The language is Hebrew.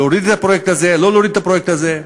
להוריד את הפרויקט הזה או לא להוריד את הפרויקט הזה.